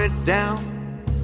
down